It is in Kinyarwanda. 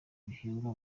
bihingwa